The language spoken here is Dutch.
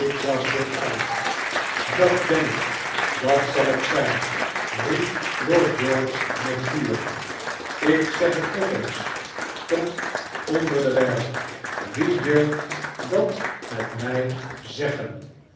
riep gashford uit dat ben ik dat zal ik zijn riep lord george met vuur ik zeg het nog eens tot onder de bijl wie durft dat met mij zeggen